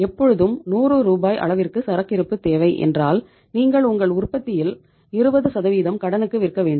எப்பொழுதும் நூறு ரூபாய் அளவிற்கு சரக்கிருப்பு தேவை என்றால் நீங்கள் உங்கள் உற்பத்தியில் 20 கடனுக்கு விற்க வேண்டும்